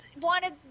wanted